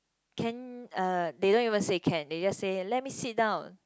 can uh they don't even say can they just say let me sit down